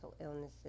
illnesses